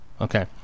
Okay